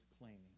claiming